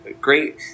great